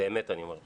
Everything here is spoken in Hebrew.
באמת אני אומר לך.